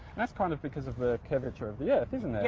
that's kind of because of the curvature of the earth isn't it? yeah,